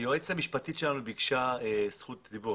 היועצת המשפטית שלנו ביקשה זכות דיבור.